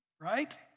right